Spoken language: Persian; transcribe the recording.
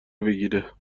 بگیره